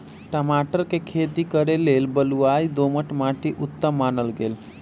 टमाटर कें खेती करे लेल बलुआइ दोमट माटि उत्तम मानल गेल